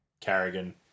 Carrigan